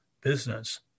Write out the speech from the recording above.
business